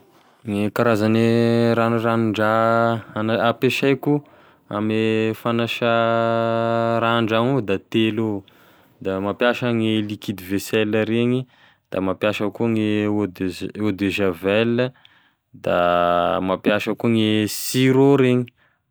Gne karazane ranoranondraha ampiasaiko ame fagnasa raha andragno ao da telo avao, da mampiasa gne liquide vaisselle regny, da mampiasa ah koa gne eau de ja- eau de javel da mampiasa koa gne sur'eau regny.